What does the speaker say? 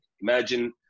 Imagine